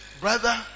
brother